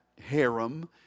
harem